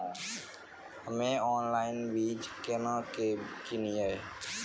हम्मे ऑनलाइन बीज केना के किनयैय?